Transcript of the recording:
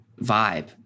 vibe